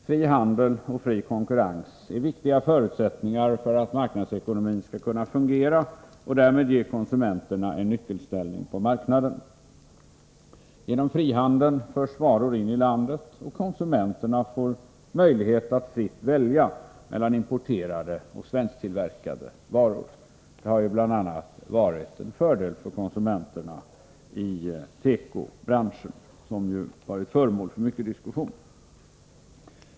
Fri handel och fri konkurrens är viktiga förutsättningar för att marknadsekonomin skall kunna fungera och därmed ge konsumenterna en nyckelställning på marknaden. Genom frihandeln förs varor in i landet, och konsumenterna får möjlighet att fritt välja mellan importerade och svensktillverkade varor. Det har ju bl.a. varit en fördel för konsumenterna i fråga om tekobranschen, som varit föremål för mycken diskussion.